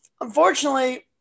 unfortunately